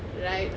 right